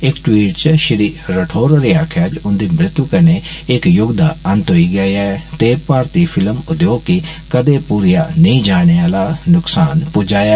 इक ट्वीट च श्री राठौर होरें आक्खेआ जे उन्दी मृत्यु कन्नै इक युग दा अंत होई गेआ ऐ ते भारती फिल्म उद्योग गी कदें पूरेआ नेईं जाई सकने आह्ला नुक्सान पुज्जा ऐ